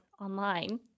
online